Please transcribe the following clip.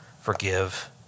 forgive